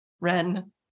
Ren